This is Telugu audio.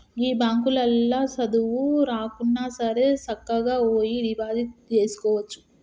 గీ బాంకులల్ల సదువు రాకున్నాసరే సక్కగవోయి డిపాజిట్ జేసుకోవచ్చు